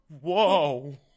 whoa